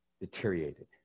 deteriorated